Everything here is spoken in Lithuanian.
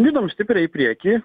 judam stipriai į priekį